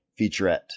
featurette